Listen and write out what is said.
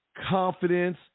confidence